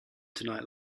tonight